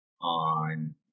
on